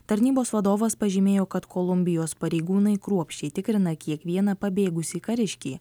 tarnybos vadovas pažymėjo kad kolumbijos pareigūnai kruopščiai tikrina kiekvieną pabėgusį kariškį